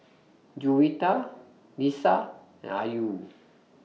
Juwita Lisa and Ayu